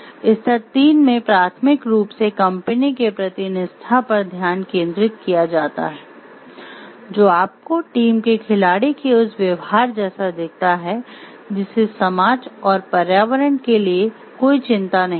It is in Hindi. स्तर तीन में प्राथमिक रूप से कंपनी के प्रति निष्ठा पर ध्यान केंद्रित किया जाता है जो आपको टीम के खिलाड़ी के उस व्यवहार जैसा दिखता है जिसे समाज और पर्यावरण के लिए कोई चिंता नहीं है